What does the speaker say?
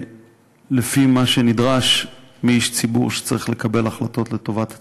ולפי מה שנדרש מאיש ציבור שצריך לקבל החלטות לטובת הציבור,